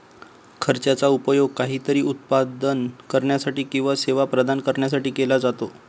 खर्चाचा उपयोग काहीतरी उत्पादन करण्यासाठी किंवा सेवा प्रदान करण्यासाठी केला जातो